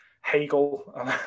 Hegel